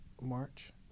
March